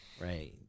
Right